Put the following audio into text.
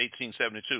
1872